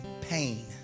pain